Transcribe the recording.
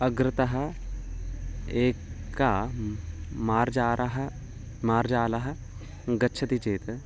अग्रतः एकः म् मार्जारः मार्जालः गच्छति चेत्